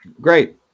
Great